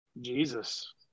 Jesus